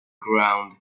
ground